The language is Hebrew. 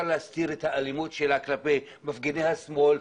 להסתיר את האלימות שלה כלפי מפגיני השמאל,